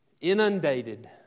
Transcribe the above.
inundated